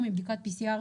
יואל פלדשר מנהל רת"א,